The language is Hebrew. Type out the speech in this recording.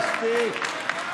מספיק.